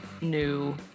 new